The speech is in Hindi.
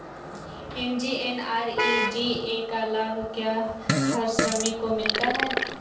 एम.जी.एन.आर.ई.जी.ए का लाभ क्या हर श्रमिक को मिलता है?